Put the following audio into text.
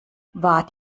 wart